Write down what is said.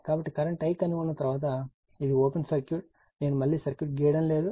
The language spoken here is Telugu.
కాబట్టి కరెంట్ I కనుగొన్న తర్వాత ఇది ఓపెన్ సర్క్యూట్ నేను మళ్ళీ సర్క్యూట్ గీయడం లేదు